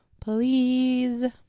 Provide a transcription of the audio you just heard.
please